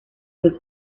was